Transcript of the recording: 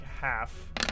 half